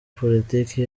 politike